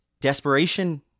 Desperation